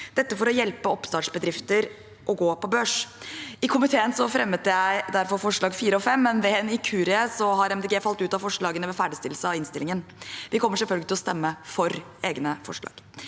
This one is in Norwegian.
for å hjelpe oppstartsbedrifter med å gå på børs. I komiteen fremmet jeg derfor forslagene nr. 4 og 5, men ved en inkurie har Miljøpartiet De Grønne falt ut av forslagene ved ferdigstillelse av innstillingen. Vi kommer selvfølgelig til å stemme for egne forslag.